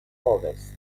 ovest